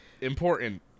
Important